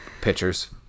pitchers